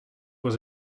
was